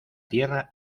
tierra